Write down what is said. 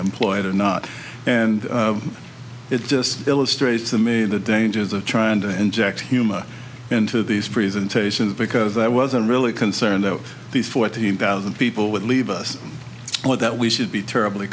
employed or not and it just illustrates the me the dangers of trying to inject humor into these presentations because i wasn't really concerned that these fourteen thousand people would leave us with that we should be terribly